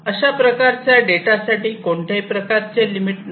अशाप्रकारे डेटा साठी कोणत्याही प्रकारचे लिमिट नसते